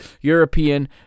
European